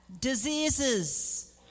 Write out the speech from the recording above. Diseases